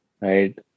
right